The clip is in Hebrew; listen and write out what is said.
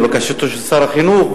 לבקשתו של שר החינוך,